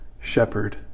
shepherd